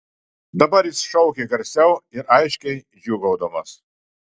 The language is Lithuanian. dabar jis šaukė garsiau ir aiškiai džiūgaudamas